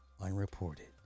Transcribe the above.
Unreported